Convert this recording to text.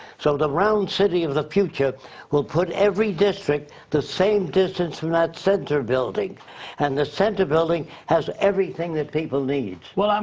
so the round city of the future will put every district the same distance from that center building and the center building has everything that people need. well, um